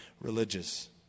religious